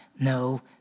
no